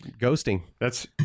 ghosting—that's